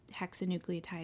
hexanucleotide